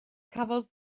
cafodd